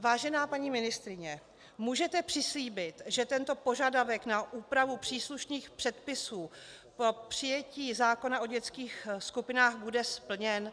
Vážená paní ministryně, můžete přislíbit, že tento požadavek na úpravu příslušných předpisů po přijetí zákona o dětských skupinách bude splněn?